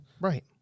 Right